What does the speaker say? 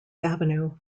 avenue